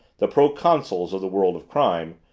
the proconsuls of the world of crime,